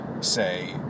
say